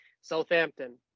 Southampton